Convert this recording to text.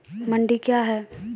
मंडी क्या हैं?